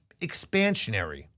expansionary